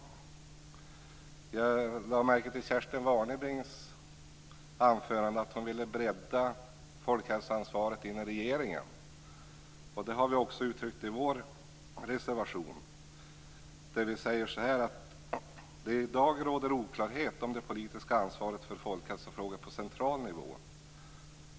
I Kerstin Warnerbrings anförande lade jag märke till att hon ville bredda folkhälsoansvaret inom regeringen. Detta har vi också uttryckt i vår reservation. Där säger vi att det i dag råder oklarhet om det politiska ansvaret för folkhälsofrågor på central nivå.